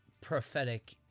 prophetic